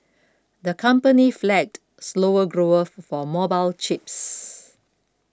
the company flagged slower growth for mobile chips